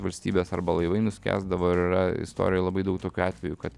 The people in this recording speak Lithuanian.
valstybės arba laivai nuskęsdavo ir yra istorijo labai daug atvejų kad